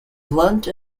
blunt